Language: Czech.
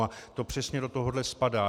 A to přesně do tohoto spadá.